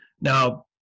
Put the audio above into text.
now